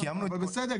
בסדר,